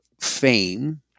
fame